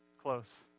close